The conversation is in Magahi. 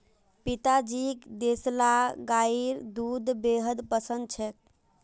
पिताजीक देसला गाइर दूध बेहद पसंद छेक